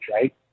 right